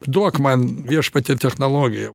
duok man viešpatie technologiją